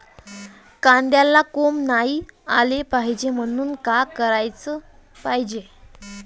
कांद्याला कोंब नाई आलं पायजे म्हनून का कराच पायजे?